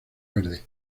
verde